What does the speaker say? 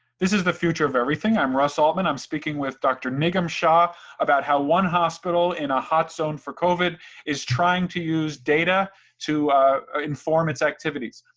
this is the future of everything, i'm russ altman, i'm speaking with dr nigam shah about how one hospital in a hot zone for covuid is trying to use data to inform its activities.